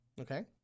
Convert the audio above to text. Okay